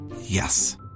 Yes